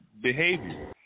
behavior